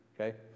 okay